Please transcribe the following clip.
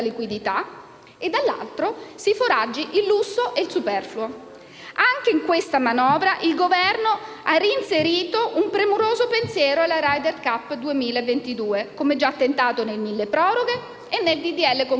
e, dall'altro, si foraggi il lusso e il superfluo. Anche in questa manovra il Governo ha reinserito un premuroso pensiero alla Ryder Cup 2022, come già tentato nel milleproroghe e nel disegno